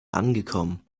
angekommen